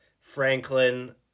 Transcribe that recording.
Franklin